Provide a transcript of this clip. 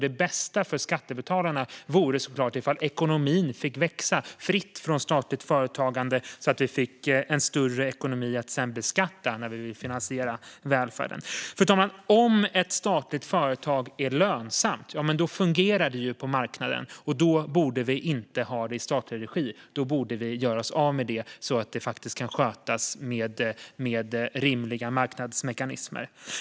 Det bästa för skattebetalarna vore såklart ifall ekonomin fick växa fritt från statligt företagande, så att vi fick en större ekonomi att sedan beskatta för att finansiera välfärden. Fru talman! Om ett statligt företag är lönsamt fungerar det ju på marknaden, och då borde vi inte ha det i statlig regi. Då borde vi göra oss av med det, så att det kan skötas med rimliga marknadsmekanismer.